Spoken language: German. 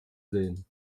sehen